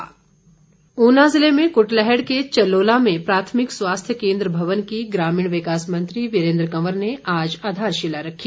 वीरेन्द्र कंवर ऊना जिले में कृटलैहड के चलोला में प्राथमिक स्वास्थ्य केन्द्र भवन की ग्रामीण विकास मंत्री वीरेन्द्र कवर ने आज आधारशिला रखी